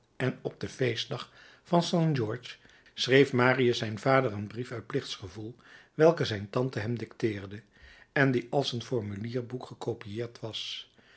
en op den feestdag van st georges schreef marius zijn vader een brief uit plichtgevoel welken zijn tante hem dicteerde en die als uit een formulierboek gecopieerd was